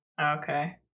Okay